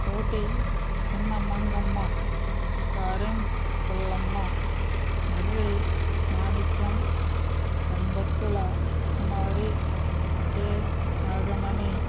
Koti Sinna Mangamma Karam Pullamma Marri Manikyam Kombattula Kumari K Nagamani